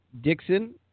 Dixon